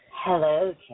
Hello